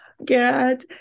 God